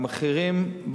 המחירים,